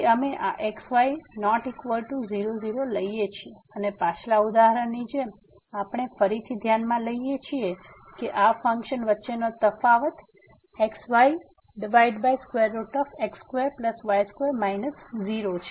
તેથી અમે આ x y≠0 0 લઈએ છીએ અને પાછલા ઉદાહરણની જેમ આપણે ફરીથી ધ્યાનમાં લઈએ છીએ આ ફંક્શન વચ્ચેનો તફાવત જે xyx2y2 0